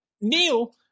Neil